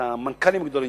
את המנכ"לים הגדולים,